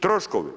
Troškovi.